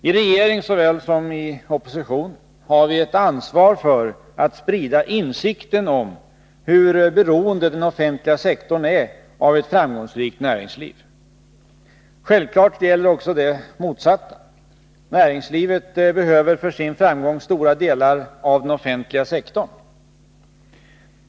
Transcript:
I regering såväl som i opposition har vi ett ansvar för att sprida insikten om hur beroende den offentliga sektorn är av ett framgångsrikt näringsliv. Självfallet gäller också det motsatta: näringslivet behöver för sin framgång stora delar av den offentliga sektorn.